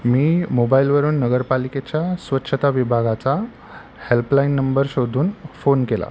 मी मोबाईलवरून नगरपालिकेच्या स्वच्छता विभागाचा हेल्पलाईन नंबर शोधून फोन केला